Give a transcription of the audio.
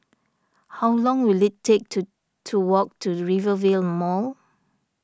how long will it take to to walk to Rivervale Mall